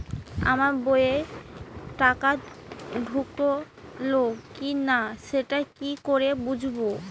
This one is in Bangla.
আমার বইয়ে টাকা ঢুকলো কি না সেটা কি করে বুঝবো?